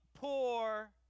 poor